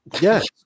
Yes